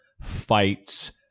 fights